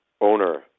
owner